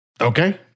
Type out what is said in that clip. Okay